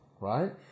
right